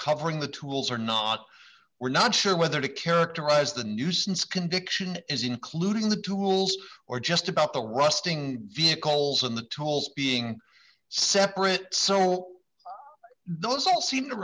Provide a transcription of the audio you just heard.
covering the tools or not we're not sure whether to characterize the nuisance conviction is included in the tools or just about the rusting vehicles in the tolls being separate will those all seem to